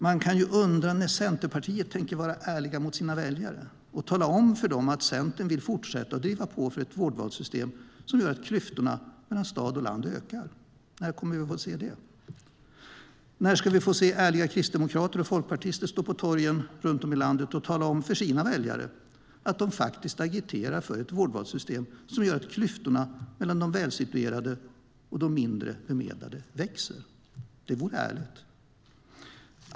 Man kan ju undra när Centerpartiet tänker vara ärligt mot sina väljare och tala om för dem att Centern vill fortsätta att driva på för ett vårdvalssystem som gör att klyftorna mellan stad och land ökar. När kommer vi att få se det? När ska vi få se ärliga kristdemokrater och folkpartister stå på torgen runt om i landet och tala om för sina väljare att de faktiskt agiterar för ett vårdvalssystem som gör att klyftorna mellan de välsituerade och de mindre bemedlade växer? Det vore ärligt.